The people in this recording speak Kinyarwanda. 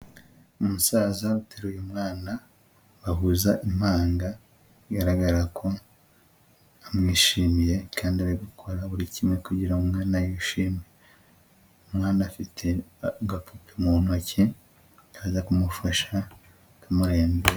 Umusaza uteruye umwana babuza impanga, bigaragara ko amwishimiye kandi ari gukora buri kimwe kugira umwana yishime. Umwana afite agapupe mu ntoki kaza kumufasha kumurembera.